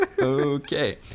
okay